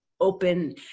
open